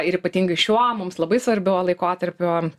ir ypatingai šiuo mums labai svarbiu laikotarpiu